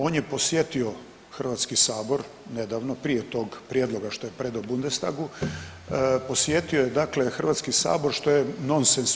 On je posjetio Hrvatski sabor nedavno prije tog prijedloga što je predao Bundestagu posjetio je dakle Hrvatski sabor što je nonsens.